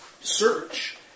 search